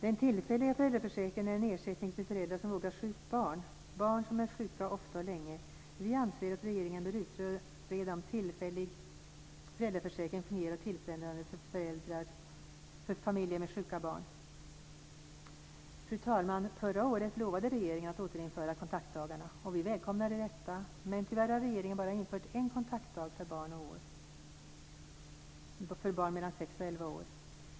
Den tillfälliga föräldraförsäkringen är en ersättning till föräldrar som vårdar sjukt barn, barn som är sjuka ofta och länge. Vi anser att regeringen bör utreda om tillfällig föräldraförsäkring fungerar tillfredsställande för familjer med sjuka barn. Fru talman! Förra året lovade regeringen att återinföra kontaktdagarna. Vi välkomnade detta, men tyvärr har regeringen bara infört en kontaktdag per år för barn mellan sex och elva år.